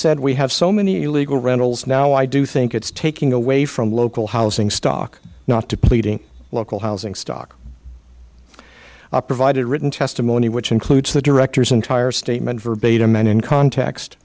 said we have so many illegal rentals now i do think it's taking away from local housing stock not depleting local housing stock provided written testimony which includes the director's entire statement verbatim and in context